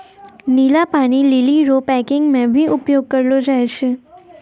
नीला पानी लीली रो पैकिंग मे भी उपयोग करलो जाय छै